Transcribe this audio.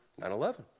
9-11